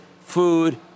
food